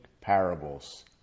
parables